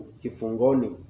kifungoni